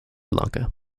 lanka